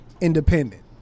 independent